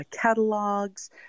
catalogs